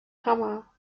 hammer